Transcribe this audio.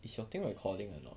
is your thing recording anot